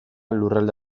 lurralde